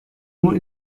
nur